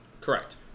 Correct